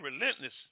relentless